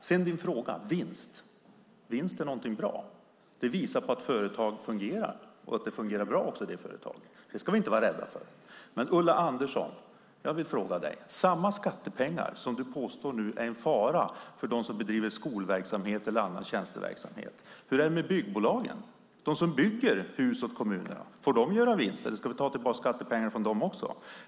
Sedan frågade du om vinst. Vinst är någonting bra. Det visar att företag fungerar bra. Det ska vi inte vara rädda för. Jag vill ställa en fråga till dig, Ulla Andersson. Du påstår att skattepengarna är i fara i de företag som bedriver skolverksamhet eller annan tjänsteverksamhet. Hur är det med byggbolagen som bygger hus åt kommunerna? Får de gå med vinst? Eller ska vi ta tillbaka skattepengar från dem också?